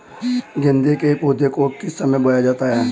गेंदे के पौधे को किस समय बोया जाता है?